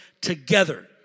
together